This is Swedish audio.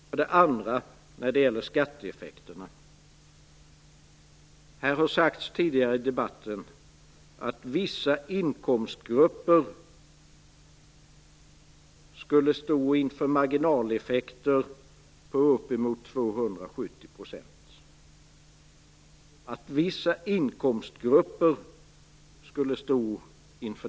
För det andra har det när det gäller skatteeffekterna sagts tidigare i debatten att vissa inkomstgrupper skulle riskera att få marginaleffekter på uppemot 270 %.